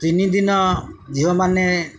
ତିନିଦିନ ଝିଅମାନେ